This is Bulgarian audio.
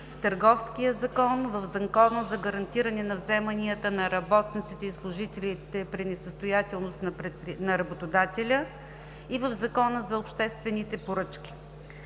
в Търговския закон, в Закона за гарантиране на вземанията на работниците и служителите при несъстоятелност на работодателя, и в Закона за обществените поръчки.